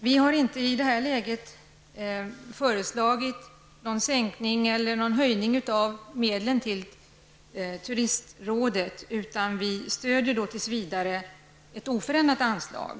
Vi har i det här läget inte föreslagit någon sänkning eller höjning av medlen till turistrådet, utan vi stöder tills vidare förslaget om ett oförändrat anslag.